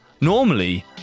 Normally